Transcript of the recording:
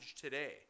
today